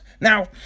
now